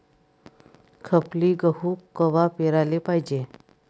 खपली गहू कवा पेराले पायजे?